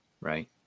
right